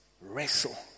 wrestle